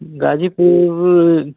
Ghazipur